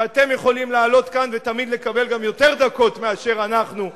שאתם יכולים לעלות לכאן ותמיד לקבל גם יותר דקות מאשר אנחנו,